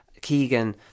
Keegan